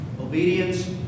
Obedience